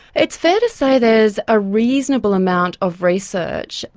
it's fair to say there is a reasonable amount of research,